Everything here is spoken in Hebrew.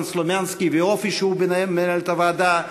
סלומינסקי והאופי שבו הוא מנהל את הוועדה,